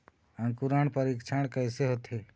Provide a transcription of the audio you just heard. अंकुरण परीक्षण कैसे होथे?